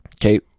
Okay